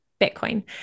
bitcoin